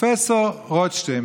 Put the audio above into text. הזכירה קודם חברת הכנסת פרומן,